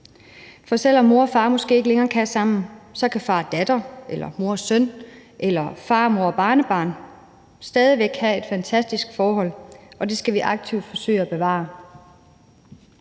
For selv om mor og far måske ikke længere kan sammen, kan far og datter eller mor og søn eller farmor og barnebarn stadig væk have et fantastisk forhold, og det skal vi aktivt forsøge at bevare.